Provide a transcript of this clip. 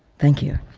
thank you.